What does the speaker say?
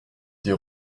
des